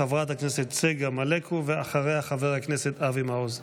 חברת הכנסת צגה מלקו, ואחריה, חבר הכנסת אבי מעוז.